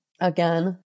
again